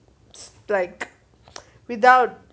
like without